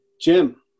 Jim